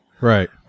Right